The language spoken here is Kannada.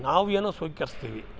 ನಾವು ಏನೋ ಸ್ವೀಕರಿಸ್ತೀವಿ